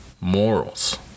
morals